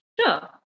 Sure